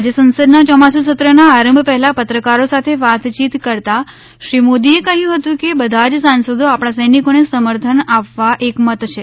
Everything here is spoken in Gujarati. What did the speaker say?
આજે સંસદના ચોમાસુ સત્રના આરંભ પહેલાં પત્રકારો સાથે વાતચીત કરતાં શ્રી મોદીએ કહ્યું હતું કે બધા જ સાંસદો આપણા સૈનિકોને સમર્થન આપવા એકમત છે